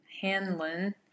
Hanlon